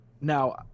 Now